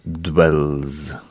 Dwells